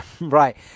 Right